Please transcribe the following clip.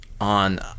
on